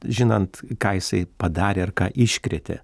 žinant ką jisai padarė ar ką iškrėtė